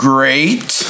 Great